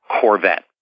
Corvette